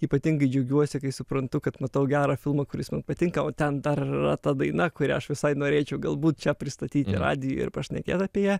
ypatingai džiaugiuosi kai suprantu kad matau gerą filmą kuris man patinka o ten dar ir yra ta daina kurią aš visai norėčiau galbūt čia pristatyti radijuj ir pašnekėt apie ją